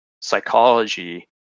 psychology